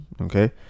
Okay